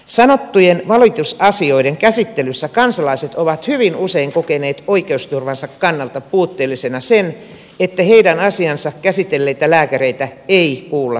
sanottujen valitusasioiden käsittelyssä kansalaiset ovat hyvin usein kokeneet oikeusturvansa kannalta puutteellisena sen että heidän asiaansa käsitelleitä lääkäreitä ei kuulla suullisesti